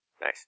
Nice